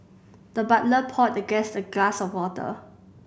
the butler poured the guest a glass of water